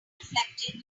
reflected